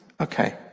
Okay